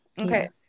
Okay